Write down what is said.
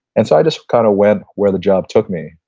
and so, i just kind of went where the job took me.